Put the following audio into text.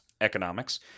economics